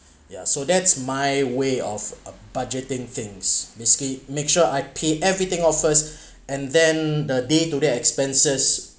ya so that's my way of uh budgeting things basically make sure I pay everything off first and then the day to day expenses